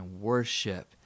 worship